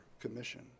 commission